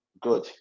good